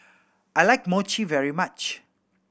I like Mochi very much